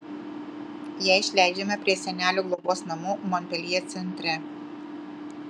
ją išleidžiame prie senelių globos namų monpeljė centre